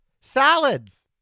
Salads